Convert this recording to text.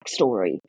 backstory